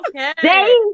Okay